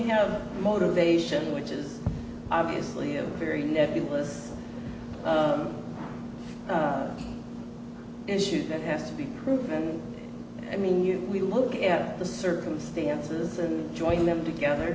have motivation which is obviously a very nebulous issue that has to be proven i mean you we look at the circumstances and join them together